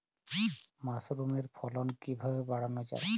মাসরুমের ফলন কিভাবে বাড়ানো যায়?